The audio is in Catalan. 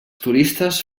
turistes